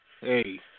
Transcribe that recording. Hey